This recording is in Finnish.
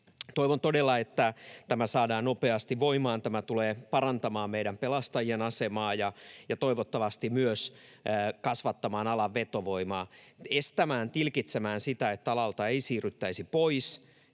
Toivon todella, että tämä saadaan nopeasti voimaan. Tämä tulee parantamaan meillä pelastajien asemaa ja toivottavasti myös kasvattamaan alan vetovoimaa, estämään, tilkitsemään sitä, että alalta ei siirryttäisi pois